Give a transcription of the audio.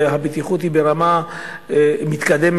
והבטיחות היא ברמה מתקדמת,